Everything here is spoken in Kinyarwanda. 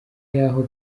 yaho